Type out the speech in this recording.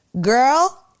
girl